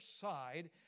side